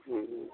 ও ও